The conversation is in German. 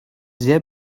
sehr